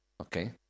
okay